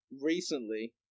recently